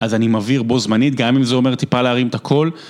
אז אני מבהיר בו זמנית, גם אם זה אומר טיפה להרים את הקול.